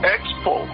Expo